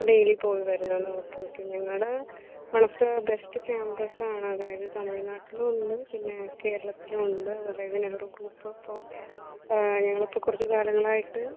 daily പോയി വരലോ okay okay ഞങ്ങളുടെ വൺ ഓഫ് ദ ബേസ്റ്റ് ക്യാമ്പസാണ് അതായത് തമിഴ് നാട്ടിലുണ്ട് പിന്നെ കേരളത്തിലുണ്ട് അതായത് നെഹ്റു ഗ്രൂപ്പ് ഇപ്പോൾ ഞങ്ങളിപ്പോൾ കുറച്ച് കാലങ്ങളായിട്ട്